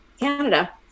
Canada